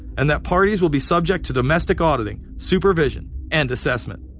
and that parties will be subject to domestic auditing, supervision and assessment.